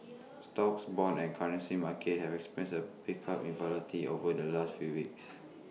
stocks bonds and currency markets have experienced A pickup in volatility over the last few weeks